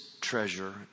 treasure